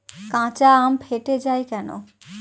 কাঁচা আম ফেটে য়ায় কেন?